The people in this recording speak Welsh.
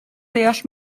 deall